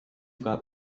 got